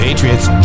Patriots